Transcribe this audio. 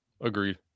Agreed